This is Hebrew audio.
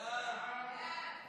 רגע, שנייה,